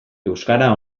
euskara